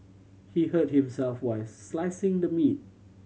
he hurt himself while slicing the meat